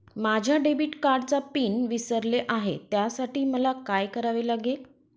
माझ्या डेबिट कार्डचा पिन विसरले आहे त्यासाठी मला काय करावे लागेल?